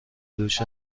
دوش